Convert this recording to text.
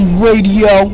radio